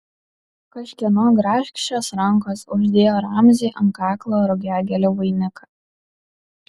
kažkieno grakščios rankos uždėjo ramziui ant kaklo rugiagėlių vainiką